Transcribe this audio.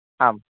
आम्